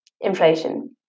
Inflation